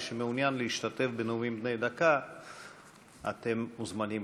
מי שמעוניין להשתתף בנאומים בני דקה מוזמן להירשם.